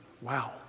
Wow